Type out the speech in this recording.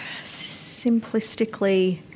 Simplistically